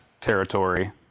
territory